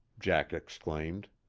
jack exclaimed.